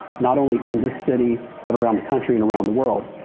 not only in this city, but around the country and around the world.